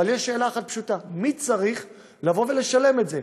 אבל יש שאלה אחת פשוטה: מי צריך לשלם את זה?